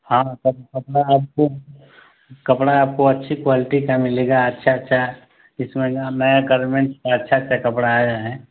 हाँ कपड़ा आपको कपड़ा आपको अच्छी क्वालिटी का मिलेगा अच्छा अच्छा इसमें नए गारमेंट में अच्छा अच्छा कपड़ा आये हैं